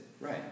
Right